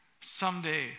someday